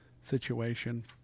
situation